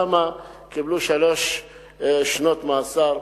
קיבלו שלוש שנות מאסר.